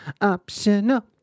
optional